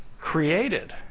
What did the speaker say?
created